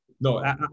no